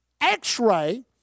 x-ray